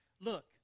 Look